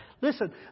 listen